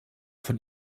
von